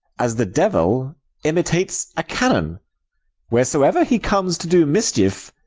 as the devil imitates a canon wheresoever he comes to do mischief,